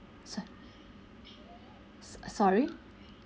sorry